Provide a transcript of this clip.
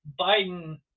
Biden